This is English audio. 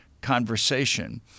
conversation